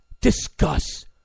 discuss